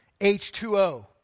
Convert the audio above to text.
H2O